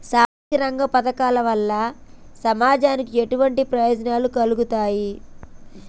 సామాజిక రంగ పథకాల వల్ల సమాజానికి ఎటువంటి ప్రయోజనాలు కలుగుతాయి?